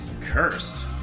Cursed